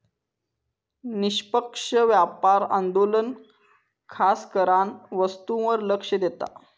निष्पक्ष व्यापार आंदोलन खासकरान वस्तूंवर लक्ष देता